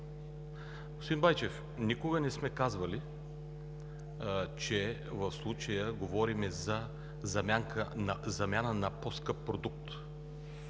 господин Байчев, никога не сме казвали, че в случая говорим за замяна на по-скъп продукт.